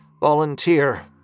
Volunteer